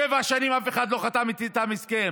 שבע שנים אף אחד לא חתם איתם הסכם.